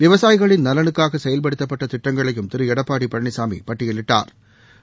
விவசாயிகளின் நலனுக்காக செயல்படுத்தப்பட்ட திட்டங்களையும் திரு எடப்பாடி பழனிசாமி பட்டியலிட்டாா்